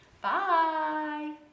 bye